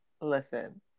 Listen